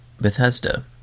Bethesda